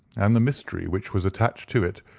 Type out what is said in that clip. and the mystery which was attached to it,